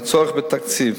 והצורך בתקציב.